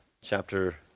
chapter